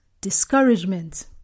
discouragement